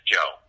Joe